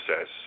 says